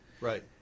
Right